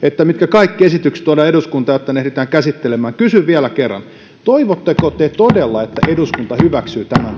mitkä kaikki esitykset tuodaan eduskuntaan jotta ne ehditään käsittelemään kysyn vielä kerran toivotteko te todella että eduskunta hyväksyy tämän